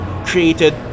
Created